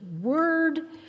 word